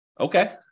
Okay